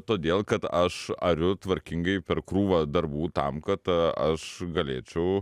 todėl kad aš ariu tvarkingai per krūvą darbų tam kad aš galėčiau